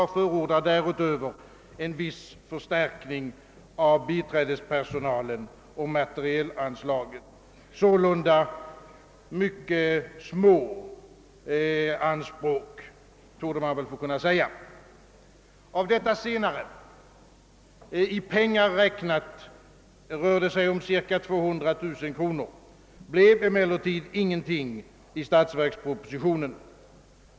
Han förordar därutöver en viss förstärkning av biträdespersonalen och materielanslaget. Man torde alltså kunna säga, att det är fråga om mycket små anspråk. Av detta — i pengar räknat rör det sig om cirka 200 000 kronor — blev det emellertid ingenting i statsverkspropositionen.